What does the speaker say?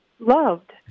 loved